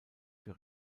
für